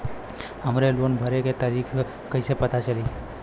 हमरे लोन भरे के तारीख कईसे पता चली?